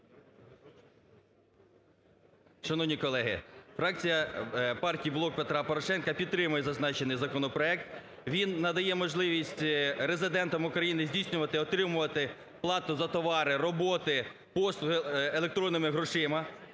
Шановні колеги, фракція партії "Блок Петра Порошенка" підтримує зазначений законопроект. Він надає можливість резидентам України здійснювати, отримувати плату за товари, роботи, послуги електронними грошима,